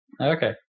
Okay